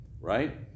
right